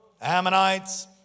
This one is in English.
Ammonites